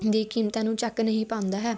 ਦੀ ਕੀਮਤਾਂ ਨੂੰ ਚੱਕ ਨਹੀਂ ਪਾਉਂਦਾ ਹੈ